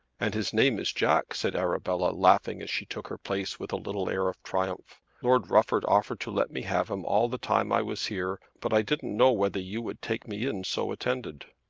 and his name is jack, said arabella laughing as she took her place with a little air of triumph. lord rufford offered to let me have him all the time i was here, but i didn't know whether you would take me in so attended.